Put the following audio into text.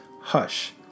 Hush